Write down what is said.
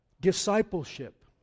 Discipleship